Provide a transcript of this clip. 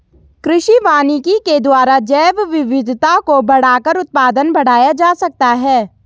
कृषि वानिकी के द्वारा जैवविविधता को बढ़ाकर उत्पादन बढ़ाया जा सकता है